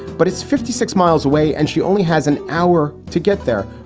but it's fifty six miles away and she only has an hour to get there.